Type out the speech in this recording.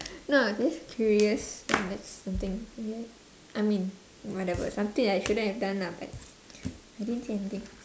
no just curious that's something weird I mean whatever something I shouldn't have done lah but I didn't see anything